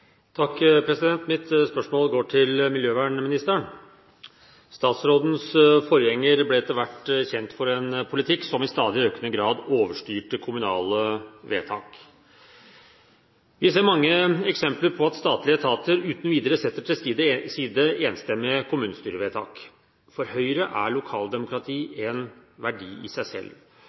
Mitt spørsmål går til miljøvernministeren. Statsrådens forgjenger ble etter hvert kjent for en politikk som i stadig økende grad overstyrte kommunale vedtak. Vi ser mange eksempler på at statlige etater uten videre setter til side enstemmige kommunestyrevedtak. For Høyre er lokaldemokrati en verdi i seg selv,